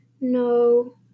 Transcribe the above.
No